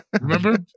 remember